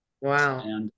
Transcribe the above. Wow